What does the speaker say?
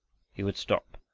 he would stop,